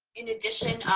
in addition,